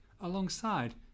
alongside